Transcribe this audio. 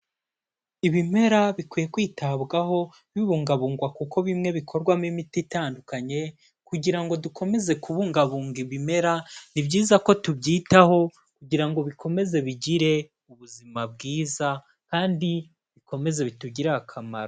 Ibimera bikwiye kwitabwaho bibungabungwa kuko bimwe bikorwamo imiti itandukanye, kugira ngo dukomeze kubungabunga ibimera, ni byiza ko tubyitaho kugira ngo bikomeze bigire ubuzima bwiza, kandi bikomeze bitugirire akamaro.